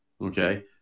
Okay